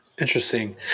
interesting